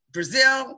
Brazil